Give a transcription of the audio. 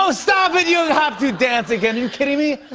so stop it! you have to dance again. are you kidding me?